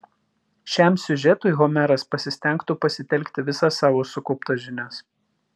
šiam siužetui homeras pasistengtų pasitelkti visas savo sukauptas žinias